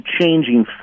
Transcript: changing